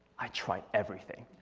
i tried everything.